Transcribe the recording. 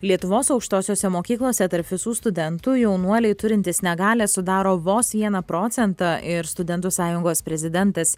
lietuvos aukštosiose mokyklose tarp visų studentų jaunuoliai turintys negalią sudaro vos vieną procentą ir studentų sąjungos prezidentas